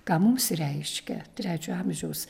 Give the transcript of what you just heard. ką mums reiškia trečio amžiaus